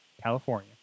California